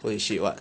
holy shit what